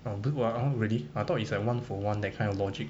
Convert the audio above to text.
but two for one already I thought it's like one for one that kind of logic